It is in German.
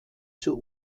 zur